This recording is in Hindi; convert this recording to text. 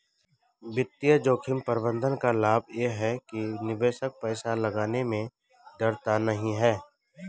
वित्तीय जोखिम प्रबंधन का लाभ ये है कि निवेशक पैसा लगाने में डरता नहीं है